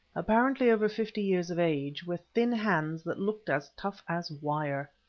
apparently over fifty years of age, with thin hands that looked as tough as wire.